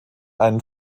einen